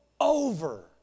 over